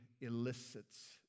elicits